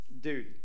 Dude